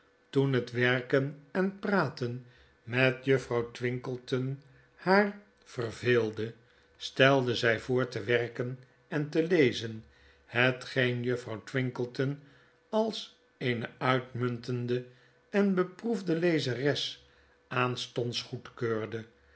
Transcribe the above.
toen het werken en praten met juffrouw twinkleton haar verveelde stelde zij voor te werken en te lezen hetgeen juffrouw twinkleton als eene uitmuntende en beproefde lezeres aanstonds goedkeurde